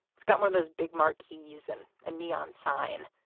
it's got one of those big marquees and a neon sign.